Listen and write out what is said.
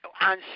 On